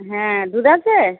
হ্যাঁ দুধ আছে